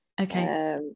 Okay